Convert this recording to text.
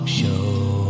show